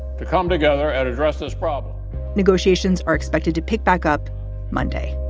to come together and address this problem negotiations are expected to pick back up monday